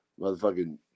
motherfucking